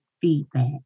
feedback